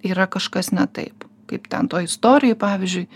yra kažkas ne taip kaip ten toj istorijoj pavyzdžiui